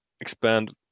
expand